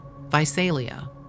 Visalia